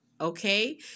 Okay